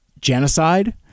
Genocide